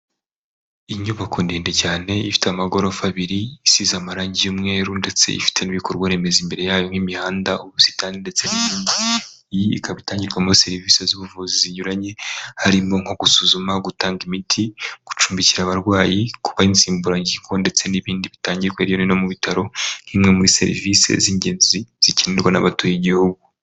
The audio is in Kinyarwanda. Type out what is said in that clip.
Inyubako ndende cyane ifite amagorofa abiri isize amarangi y'umweru ndetse ifite n'ibikorwa remezo imbere yayo nk'imihanda ubusitani ndetse ikaba itangirwamo serivisi z'ubuvuzi zinyuranye harimo nko gusuzuma gutanga imiti gucumbikira abarwayi kuba insimburangingo ndetse n'ibindi bitangirwa hirya no hino mu bitaro nk'imwe muri serivisi z'ingenzi zikenerwa n'abatuye igihugu.